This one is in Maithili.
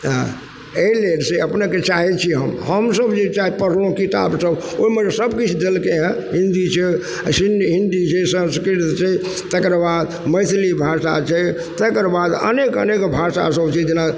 एँ अइ लेल से अपनेके चाहय छियै हम हम सब जे चाहय पढ़लहुँ किताब सब ओइमे सब किछु देलकइ हइ हिन्दी छै आओर सिन्ड हिन्दी छै संस्कृत छै तकरबाद मैथिली भाषा छै तकरबाद अनेक अनेक भाषा सब छै जेना